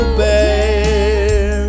bear